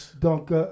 Donc